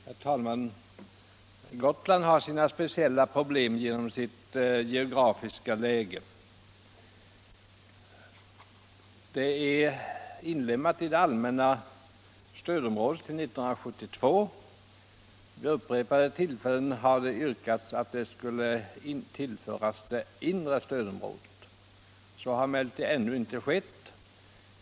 Herr talman! Gotland har sina speciella problem genom sitt geografiska läge. Det är inlemmat i det allmänna stödområdet sedan 1972. Vid upprepade tillfällen har det yrkats att Gotland skulle tillföras det inre stödområdet. Så har emellertid ännu inte skett.